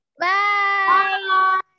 Bye